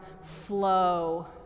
flow